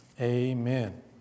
Amen